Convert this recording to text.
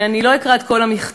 אני לא אקרא את כל המכתב,